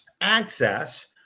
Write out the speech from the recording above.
access